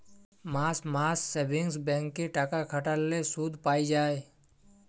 মাস মাস savings bank এ টাকা খাটাল্যে শুধ পাই যায়